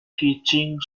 teaching